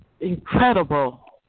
incredible